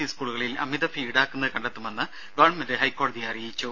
E സ്കൂളുകളിൽ അമിത fee ഈടാക്കുന്നത് കണ്ടെത്തുമെന്ന് ഗവൺമെന്റ് ഹൈക്കോടതിയെ അറിയിച്ചു